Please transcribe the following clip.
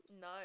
No